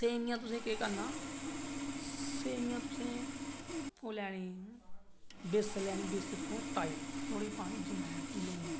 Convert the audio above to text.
सेवियें तुसें केह् करना सेवियां तुसे ओह् लैनी बेसन लैनी बेसन गी रक्खना टाइट नुआढ़े च पानी अजवैन लून